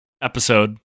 episode